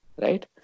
Right